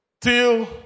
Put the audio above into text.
till